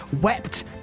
wept